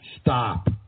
Stop